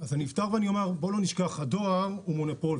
בואו לא נשכח שהדואר הוא מונופול.